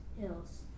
hills